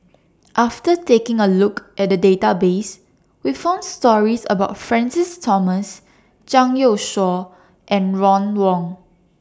after taking A Look At The Database We found stories about Francis Thomas Zhang Youshuo and Ron Wong